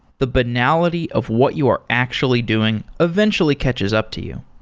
the banality of what you are actually doing eventually catches up to you.